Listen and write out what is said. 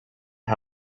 get